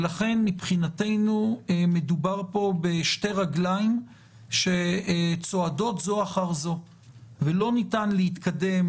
לכן מבחינתנו מדובר פה בשתי רגליים שצועדות זו אחר זו ולא ניתן להתקדם